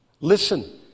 Listen